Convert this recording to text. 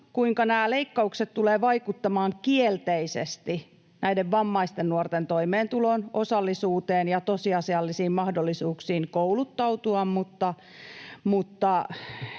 kuinka nämä leikkaukset tulevat vaikuttamaan kielteisesti näiden vammaisten nuorten toimeentuloon, osallisuuteen ja tosiasiallisiin mahdollisuuksiin kouluttautua,